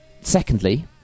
Secondly